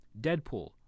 Deadpool